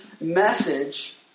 message